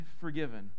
forgiven